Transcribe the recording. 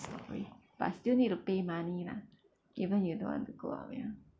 storey but still need to pay money lah even you don't want to go up you know